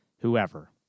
whoever